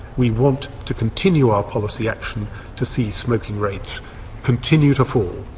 we want to continue our policy action to see smoking rates continue to fall,